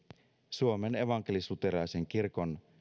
suomen evankelisluterilaisen kirkon